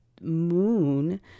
moon